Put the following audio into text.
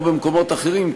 כמו במקומות אחרים,